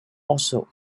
also